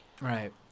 Right